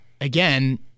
again